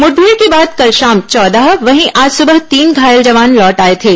मुठभेड़ के बाद कल शाम चौदह वहीं आज सुबह तीन घायल जवान लौट आए थे